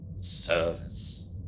service